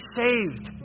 saved